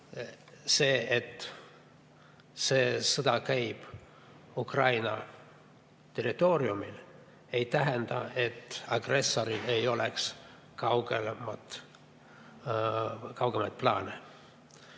See, et see sõda käib Ukraina territooriumil, ei tähenda, et agressoril ei oleks kaugemaid plaane.